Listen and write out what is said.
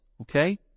okay